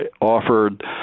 offered